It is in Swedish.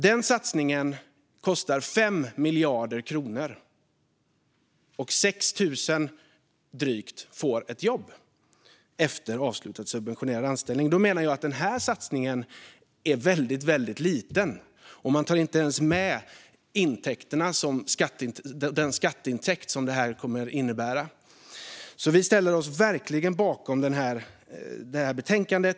Denna satsning kostar 5 miljarder kronor, och drygt 6 000 får ett jobb efter avslutad subventionerad anställning. Då menar jag att den satsning som nu föreslås är väldigt liten, och man tar inte ens med den skatteintäkt som den kommer att innebära. Vi ställer oss därför verkligen bakom förslaget i detta betänkande.